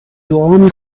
دعا